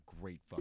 great